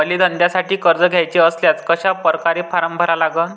मले धंद्यासाठी कर्ज घ्याचे असल्यास कशा परकारे फारम भरा लागन?